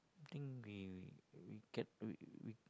I think we we we can't we